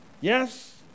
Yes